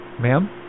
Ma'am